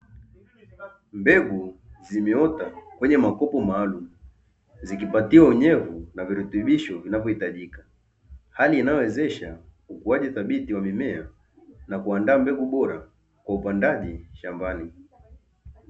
Mbegu zimeota kwenye makopo maalumu zikipatiwa unyevu na virutubisho vinavyohitajika, hali inayowezesha ukuaji thabiti wa mimea na kuandaa mbegu bora kwa upandaji shambani.